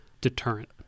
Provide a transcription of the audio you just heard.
deterrent